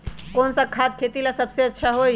कौन सा खाद खेती ला सबसे अच्छा होई?